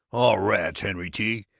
oh, rats, henry t,